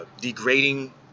degrading